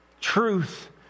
truth